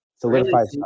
Solidified